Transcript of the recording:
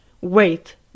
wait